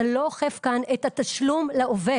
אתה לא אוכף כאן את התשלום לעובד.